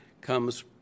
comes